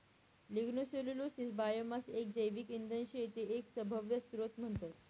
lignocellulosic biomass एक जैविक इंधन शे ते एक सभव्य स्त्रोत म्हणतस